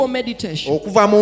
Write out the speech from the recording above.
meditation